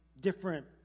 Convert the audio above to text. different